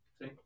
See